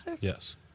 Yes